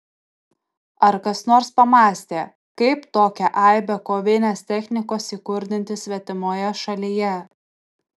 ar kas nors pamąstė kaip tokią aibę kovinės technikos įkurdinti svetimoje šalyje